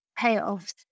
payoffs